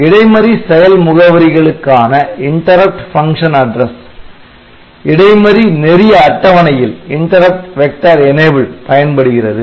இடைமறி செயல் முகவரிகளுக்கான இடைமறி நெறிய அட்டவணையில் பயன்படுகிறது